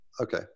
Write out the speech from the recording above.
Okay